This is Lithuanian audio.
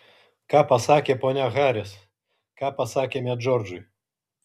ką pasakė ponia haris ką pasakėme džordžui